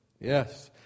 Yes